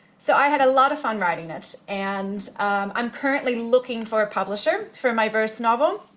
so, i had a lot of fun writing it, and i'm currently looking for a publisher for my verse novel,